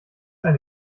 eine